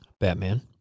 Batman